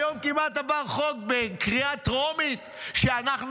היום כמעט עבר חוק בקריאה טרומית שאנחנו,